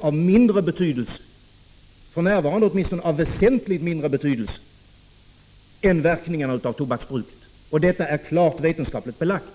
av mindre betydelse — åtminstone för närvarande av väsentligt mindre betydelse — än verkningarna av tobaksbruket. Detta är klart vetenskapligt belagt.